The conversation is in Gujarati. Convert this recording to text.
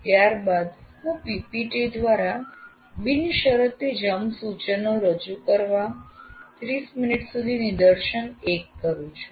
ત્યાર બાદ હું PPT દ્વારા બિનશરતી જમ્પ સૂચનો રજૂ કરવા 30 મિનિટ સુધી નિદર્શન 1 કરું છું